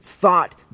thought